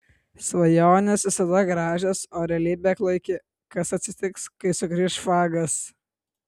svajonės visada gražios o realybė klaiki kas atsitiks kai sugrįš fagas